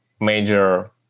major